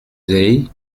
hayes